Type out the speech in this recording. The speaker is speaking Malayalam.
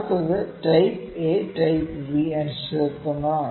അടുത്തത് ടൈപ്പ് എ ടൈപ്പ് ബി അനിശ്ചിതത്വങ്ങളാണ്